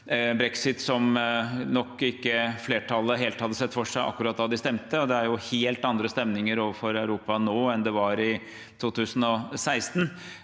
brexit som flertallet nok ikke helt hadde sett for seg akkurat da de stemte. Det er jo helt andre stemninger overfor Europa nå enn det var i 2016.